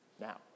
now